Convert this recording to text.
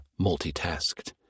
multitasked